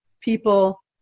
people